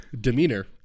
demeanor